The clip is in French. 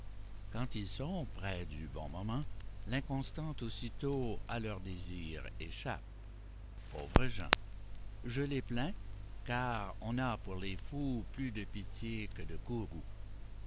quand ils sont près du bon moment l'inconstante aussitôt à leurs désirs échappe pauvres gens je les plains car on a pour les fous plus de pitié que de courroux